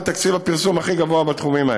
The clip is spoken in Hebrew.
תקציב הפרסום הכי גבוה בתחומים האלה.